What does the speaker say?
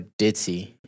ditzy